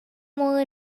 more